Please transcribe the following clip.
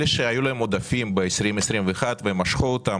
אלה שהיו להם עודפים ב-2021 ומשכו אותם,